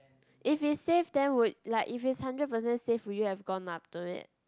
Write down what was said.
if it's safe then would like if it's hundred percent safe would you have gone up to it